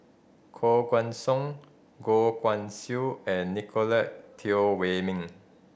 Koh Guan Song Goh Guan Siew and Nicolette Teo Wei Min